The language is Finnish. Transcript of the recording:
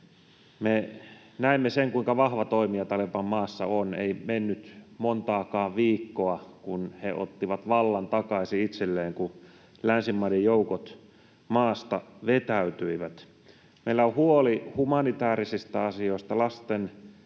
Me näemme sen, kuinka vahva toimija Taleban maassa on. Ei mennyt montaakaan viikkoa, kun he ottivat vallan takaisin itselleen, kun länsimaiden joukot vetäytyivät maasta. Meillä on huoli humanitäärisistä asioista, lasten,